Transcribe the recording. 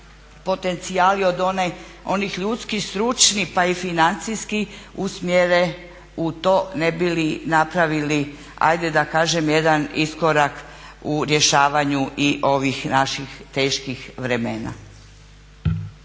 potencijali od onih ljudskih, stručnih pa i financijskih usmjere u to ne bi li napravili jedan iskorak u rješavanju i ovih naših teških vremena.